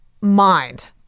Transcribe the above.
mind